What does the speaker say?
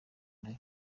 nayo